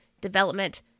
development